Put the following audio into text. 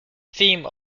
theme